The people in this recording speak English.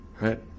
Right